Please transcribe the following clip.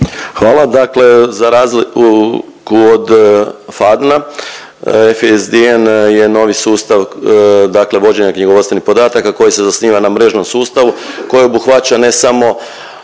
Hvala. Dakle za razliku od FADN-a, FSDN je novi sustav dakle vođenja knjigovodstvenih podataka koji se zasniva na mrežnom sustavu koje obuhvaća, ne samo